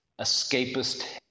escapist